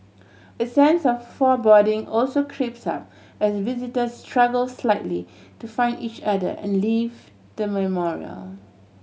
a sense of foreboding also creeps up as visitors struggle slightly to find each other and leave the memorial